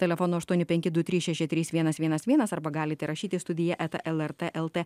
telefonu aštuoni penki du trys šeši trys vienas vienas vienas arba galite rašyti į studija eta lrt lt